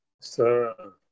sir